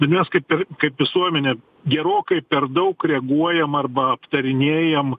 bet mes kaip ir kaip visuomenė gerokai per daug reaguojam arba aptarinėjam